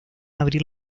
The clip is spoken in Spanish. abrir